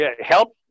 help